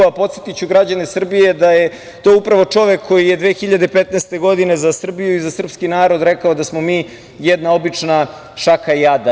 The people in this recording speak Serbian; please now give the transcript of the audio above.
Podsetiću građane Srbije da je to upravo čovek koji je 2015. godine za Srbiju i za srpski narod rekao da smo mi jedna obična šaka jada.